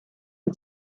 est